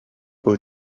aux